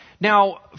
now